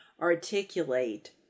articulate